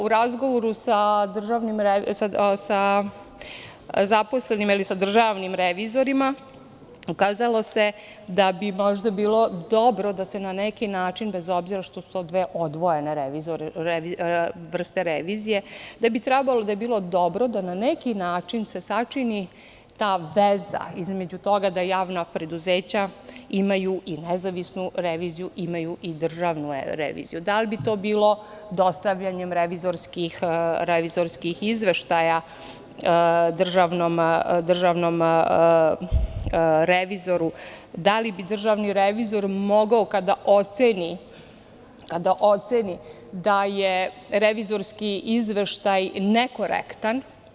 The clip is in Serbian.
U razgovoru sa državnim revizorima pokazalo se da bi možda bilo dobro da se na neki način, bez obzira što su to dve odvojene vrste revizije, da bi trebalo i da bi bilo dobro da na neki način se sačini ta veza između toga da javna preduzeća imaju i nezavisnu i državnu reviziju, da li bi to bilo dostavljanjem revizorskih izveštaja državnom revizoru, da li bi državni revizor mogao, kada oceni da je revizorski izveštaj nekorektan.